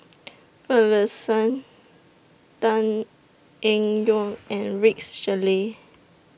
Finlayson Tan Eng Yoon and Rex Shelley